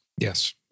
Yes